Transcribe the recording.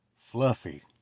fluffy